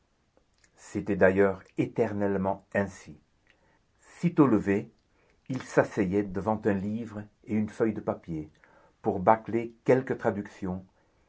c'était d'ailleurs éternellement ainsi sitôt levé il s'asseyait devant un livre et une feuille de papier pour bâcler quelque traduction